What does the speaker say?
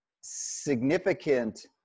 significant